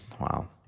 Wow